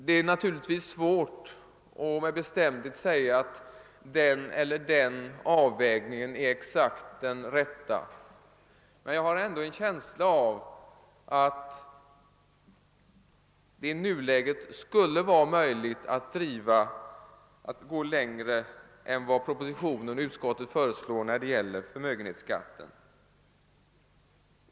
Det är naturligtvis svårt att med bestämdhet säga att den eller den avvägningen är exakt den rätta, men jag har ändå en känsla av att det i nuläget skulle vara möjligt att gå längre än vad propositionen och utskottet föreslår när det gäller förmögenhetsskatten.